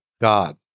God